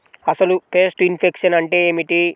అసలు pest infection అంటే ఏమిటి?